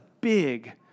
big